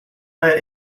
let